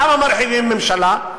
למה מרחיבים ממשלה?